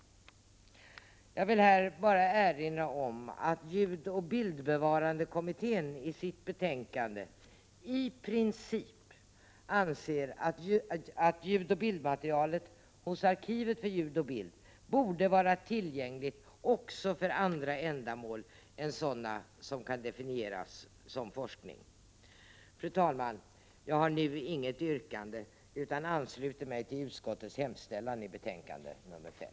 Jag vill bara här erinra om att ljudoch bildbevarandekommittén i sitt betänkande i princip anser att ljudoch bildmaterial hos arkivet för ljud och bild borde vara tillgängligt också för andra ändamål än sådana som kan definieras som forskning. Fru talman! Jag har nu inget yrkande utan ansluter mig till utskottets hemställan i betänkande 5.